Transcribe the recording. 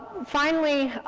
finally,